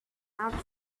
outer